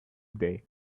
day